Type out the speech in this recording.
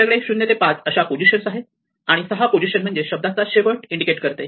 आपल्याकडे 0 ते 5 अशा पोझिशन आहे आणि 6 पोझिशन म्हणजे शब्दाचा शेवट इंडिकेट करते